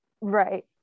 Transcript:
Right